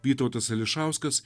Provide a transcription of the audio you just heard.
vytautas ališauskas